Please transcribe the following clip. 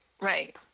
right